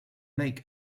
lake